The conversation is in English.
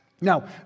now